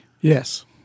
Yes